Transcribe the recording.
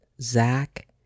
Zach